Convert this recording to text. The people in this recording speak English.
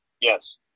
Yes